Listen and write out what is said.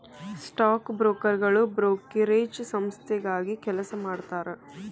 stock ಬ್ರೋಕರ್ಗಳು brokerage ಸಂಸ್ಥೆಗಾಗಿ ಕೆಲಸ ಮಾಡತಾರಾ